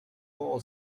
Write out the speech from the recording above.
all